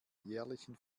jährlichen